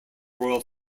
royal